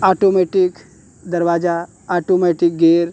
automatic दरवाज़ा automatic gate